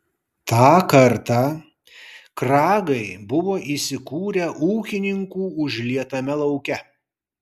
tą kartą kragai buvo įsikūrę ūkininkų užlietame lauke